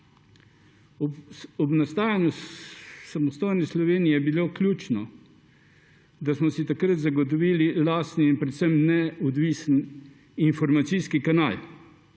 Ob nastajanju samostojne Slovenije je bilo ključno, da smo si takrat zagotovili lastni in predvsem neodvisni informacijski kanal